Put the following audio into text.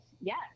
yes